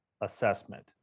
assessment